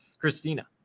Christina